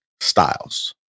styles